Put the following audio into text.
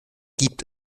gibt